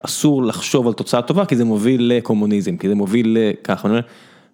אסור לחשוב על תוצאה טובה כי זה מוביל לקומוניזם כי זה מוביל לככה.